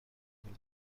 بود